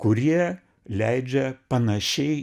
kurie leidžia panašiai